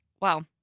Wow